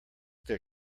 their